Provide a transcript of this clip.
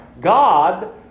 God